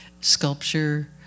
sculpture